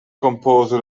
compose